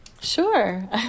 Sure